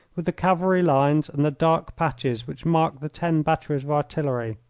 with the cavalry lines and the dark patches which marked the ten batteries of artillery.